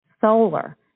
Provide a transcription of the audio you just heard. solar